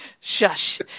Shush